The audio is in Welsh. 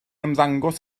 ymddangos